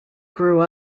grew